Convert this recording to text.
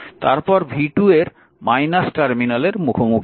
তারপর v2 এর টার্মিনালের মুখোমুখি হচ্ছি